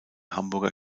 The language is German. hamburger